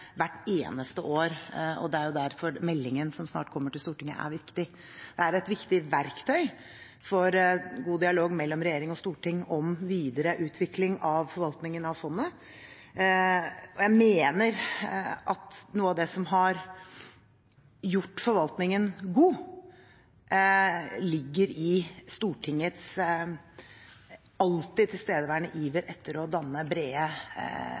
hvert eneste år, og det er derfor meldingen som snart kommer til Stortinget, er viktig. Det er et viktig verktøy for god dialog mellom regjering og storting om videre utvikling av forvaltningen av fondet. Jeg mener at noe av det som har gjort forvaltningen god, ligger i Stortingets alltid tilstedeværende iver etter å danne